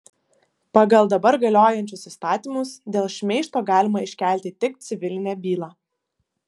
pagal dabar galiojančius įstatymus dėl šmeižto galima iškelti tik civilinę bylą